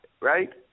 right